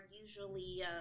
usually